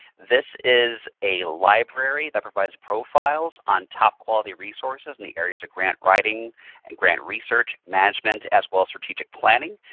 this is a library that provides profiles on top-quality resources in the areas of grant writing and grant research, management, as well as strategic planning.